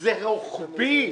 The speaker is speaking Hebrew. זה רוחבי,